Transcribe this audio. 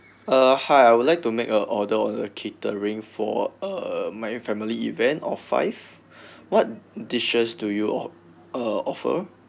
uh hi I would like to make a order on your catering for uh my family event of five what dishes do you of~ uh offer